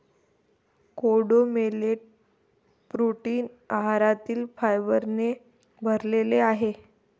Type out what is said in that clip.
कोडो millet protein आहारातील फायबरने भरलेले आहे